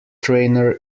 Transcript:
trainer